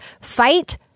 fight